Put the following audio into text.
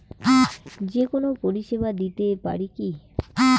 যে কোনো পরিষেবা দিতে পারি কি?